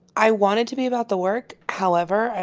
i want it to be about the work. however,